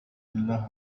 الله